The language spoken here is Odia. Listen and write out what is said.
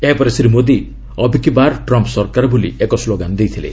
ଏହାପରେ ଶ୍ରୀ ମୋଦି ଅବ୍ କି ବାର୍ ଟ୍ରମ୍ପ ସରକାର ବୋଲି ଏକ ସ୍କୋଗାନ ଦେଇଥିଲେ